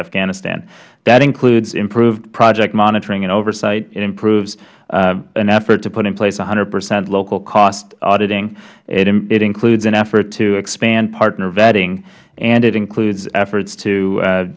afghanistan that includes improved project monitoring and oversight it includes an effort to put in place one hundred percent local cost auditing it includes an effort to expand partner vetting and it includes efforts to